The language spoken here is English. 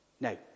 Now